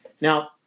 Now